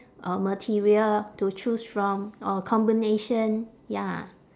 uh material to choose from or combination ya